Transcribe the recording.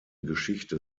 geschichte